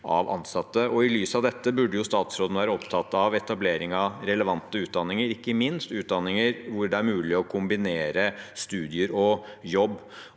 I lys av dette burde statsråden være opptatt av etablering av relevante utdanninger, ikke minst utdanninger hvor det er mulig å kombinere studier og jobb.